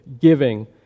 giving